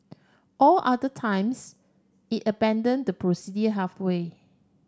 all other times it abandon the procedure halfway